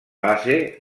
base